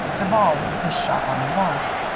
duval with a fish-shop on the wharf.